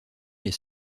les